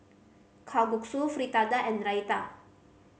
Kalguksu Fritada and Raita